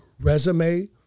resume